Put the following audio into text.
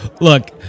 Look